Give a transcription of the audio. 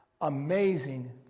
amazing